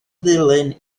ddulyn